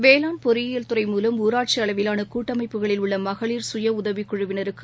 வேளாண்மை பொறியியல் துறை மூலம் ஊராட்சி அளவிலான கூட்டமைப்புகளில் உள்ள மகளிர் சுய உதவிக்குழுவினருக்கு